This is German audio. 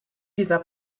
dieser